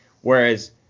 Whereas